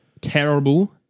terrible